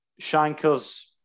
Shankers